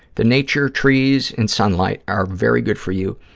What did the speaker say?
the nature, trees and sunlight are very good for you,